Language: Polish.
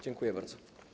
Dziękuję bardzo.